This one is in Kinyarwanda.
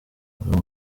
haruna